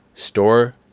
store